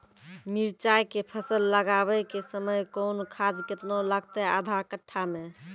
मिरचाय के फसल लगाबै के समय कौन खाद केतना लागतै आधा कट्ठा मे?